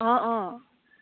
অঁ অঁ